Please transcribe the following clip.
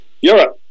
Europe